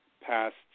past